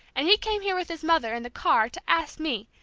and he came here with his mother, in the car, to ask me.